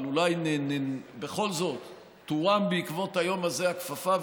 אבל אולי בכל זאת תורם בעקבות היום הזה הכפפה,